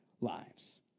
lives